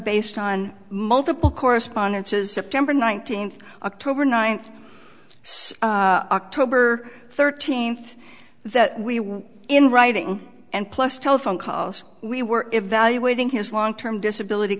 based on multiple correspondences september nineteenth october ninth october thirteenth that we were in writing and plus telephone calls we were evaluating his long term disability